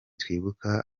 twibuka